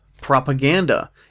propaganda